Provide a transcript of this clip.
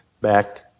back